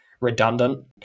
redundant